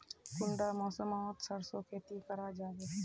कुंडा मौसम मोत सरसों खेती करा जाबे?